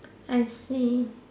I see